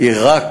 היא רק